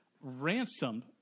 ransomed